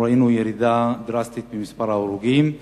אנחנו ראינו ירידה דרסטית במספר ההרוגים.